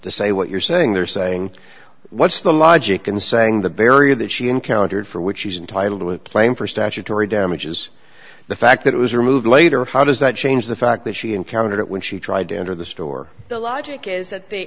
to say what you're saying they're saying what's the logic in saying the barrier that she encountered for which he's entitled to a plane for statutory damages the fact that it was removed later how does that change the fact that she encountered it when she tried to enter the store the logic is that the